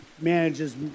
manages